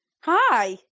Hi